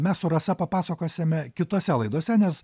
mes su rasa papasakosime kitose laidose nes